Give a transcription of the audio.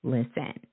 Listen